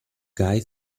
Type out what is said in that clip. guy